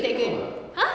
okay okay !huh!